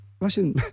Listen